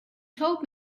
told